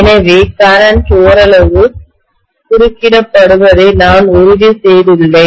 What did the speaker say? எனவே கரண்ட்மின்னோட்டம் ஓரளவு குறுக்கிடப்படுவதை நான் உறுதி செய்துள்ளேன்